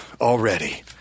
already